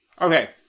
okay